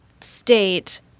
state